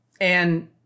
And-